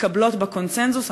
מתקבלות בקונסנזוס.